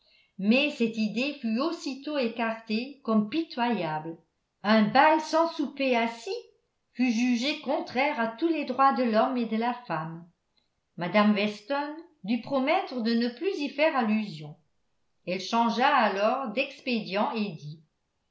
mais cette idée fut aussitôt écartée comme pitoyable un bal sans souper assis fut jugé contraire à tous les droits de l'homme et de la femme mme weston dut promettre de ne plus y faire allusion elle changea alors d'expédient et dit